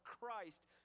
Christ